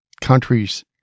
countries